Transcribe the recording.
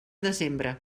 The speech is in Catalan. desembre